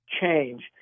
change